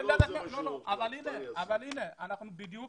אבל הנה, אנחנו נתקלים